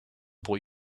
boy